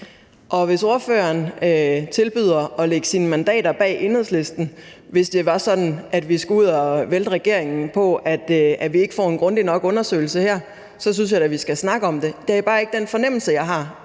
ordføreren at lægge sine mandater bag Enhedslisten, hvis det er sådan, at vi skal ud at vælte regeringen på, at vi ikke får en grundig nok undersøgelse her, så synes jeg da, vi skal snakke om det. Det er bare ikke den fornemmelse, jeg har,